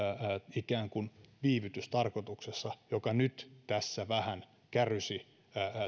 ikään kun viivytystarkoituksessa joka nyt vähän kärysi